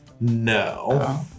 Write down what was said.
No